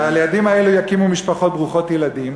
הילדים האלה יקימו משפחות ברוכות ילדים,